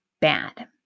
bad